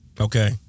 Okay